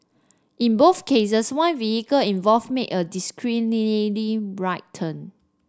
in cases one vehicle involved make a turn